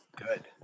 good